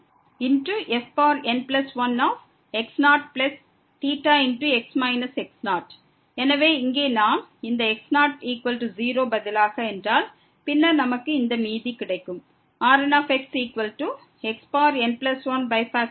fn1x0θx x0 எனவே இங்கே நாம் இந்த x00க்கு பதிலாக சென்றால் பின்னர் நமக்கு இந்த மீதி கிடைக்கும் Rnxxn1n1